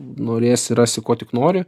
norėsi rasi ko tik nori